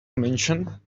mention